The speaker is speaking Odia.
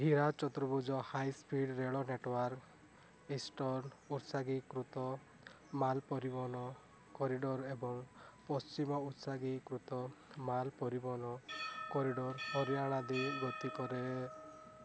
ହୀରା ଚତୁର୍ଭୁଜ ହାଇସ୍ପିଡ଼୍ ରେଳ ନେଟୱାର୍କ ଇଷ୍ଟର୍ଣ୍ଣ ଉତ୍ସର୍ଗୀକୃତ ମାଲ ପରିବହନ କରିଡ଼ର୍ ଏବଂ ପଶ୍ଚିମ ଉତ୍ସର୍ଗୀକୃତ ମାଲ ପରିବହନ କରିଡ଼ର୍ ହରିୟାଣା ଦେଇ ଗତି କରେ